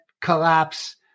collapse